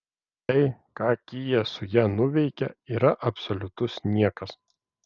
tai ką kia su ja nuveikia yra absoliutus niekas